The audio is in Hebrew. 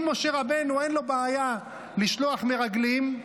אם למשה רבנו אין בעיה לשלוח מרגלים,